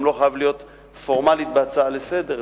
זה גם לא חייב להיות פורמלית בהצעה לסדר-היום,